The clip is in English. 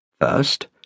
First